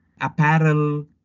apparel